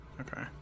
Okay